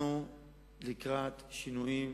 אנחנו לקראת שינויים,